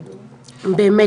באמת,